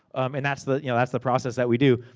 and, that's the you know that's the process that we do.